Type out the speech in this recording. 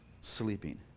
Sleeping